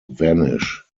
vanish